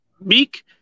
meek